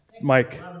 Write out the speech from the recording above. Mike